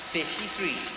Fifty-three